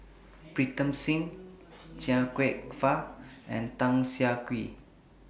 Pritam Singh Chia Kwek Fah and Tan Siah Kwee